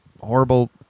horrible